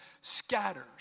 scatters